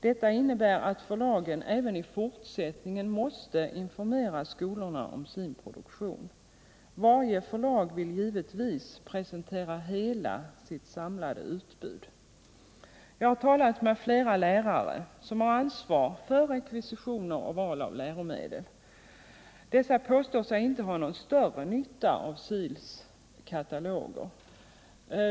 Detta innebär att förlagen även i fortsättningen måste informera skolorna om sin produktion. Varje förlag vill givetvis presentera hela sitt samlade utbud. Jag har talat med flera lärare som har ansvar för rekvisitioner och val av läromedel. De påstår sig inte ha någon större nytta av SIL:s kataloger.